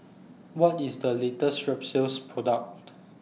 What IS The latest Strepsils Product